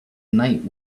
night